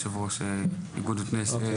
יושב ראש איגוד נותני שרותי הסיעוד בישראל,